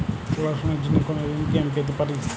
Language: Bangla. পড়াশোনা র জন্য কোনো ঋণ কি আমি পেতে পারি?